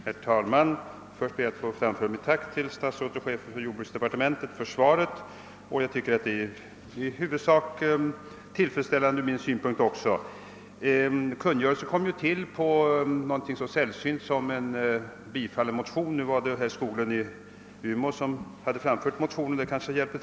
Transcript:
Herr talman! Först ber jag att få framföra mitt tack till statsrådet och chefen för jordbruksdepartementet för svaret. Jag tycker att det i huvudsak är tillfredsställande. Kungörelsen kom ju till genom någonting så sällsynt som en bifallen motion. Det var herr Skoglund i Umeå som hade väckt motionen, och det kanske bidrog.